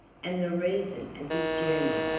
and the reason of his journey,